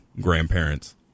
grandparents